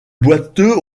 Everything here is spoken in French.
boiteux